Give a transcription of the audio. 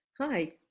Hi